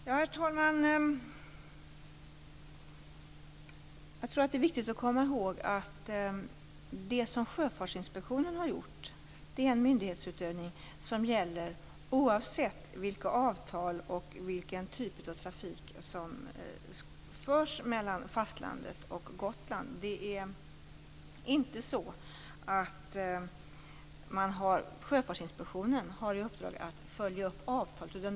Herr talman! Jag tror att det är viktigt att komma ihåg att det som Sjöfartsinspektionen har gjort är en myndighetsutövning som gäller oavsett vilka avtal som gäller och vilken typ av trafik som sker mellan fastlandet och Gotland. Det är inte så att Sjöfartsinspektionen har i uppdrag att följa upp avtalet.